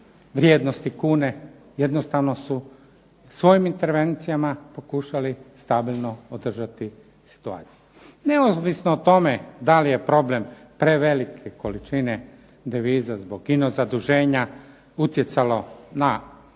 vrijednosti kune. Jednostavno su svojim intervencijama pokušali stabilno održati situaciju. Neovisno o tome da li je problem prevelike količine deviza zbog ino-zaduženja utjecalo na